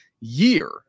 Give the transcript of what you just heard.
year